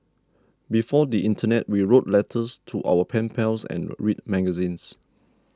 before the internet we wrote letters to our pen pals and read magazines